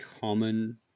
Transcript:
common